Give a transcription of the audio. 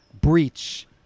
breach